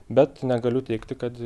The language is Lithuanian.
bet negaliu teigti kad